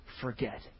forget